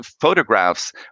photographs